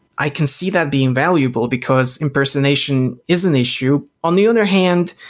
i can see that being valuable, because impersonation is an issue. on the other hand,